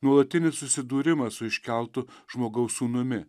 nuolatinis susidūrimas su iškeltu žmogaus sūnumi